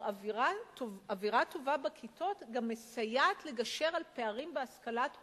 שאווירה טובה בכיתות גם מסייעת לגשר על פערים בהשכלת הורים.